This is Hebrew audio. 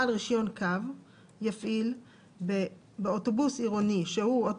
"(ה) בעל רישיון קו באתר האינטרנט שלו ומשרד